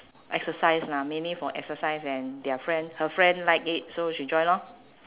exercise lah mainly for exercise and their friend her friend like it so she join lor